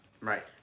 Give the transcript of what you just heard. right